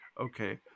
okay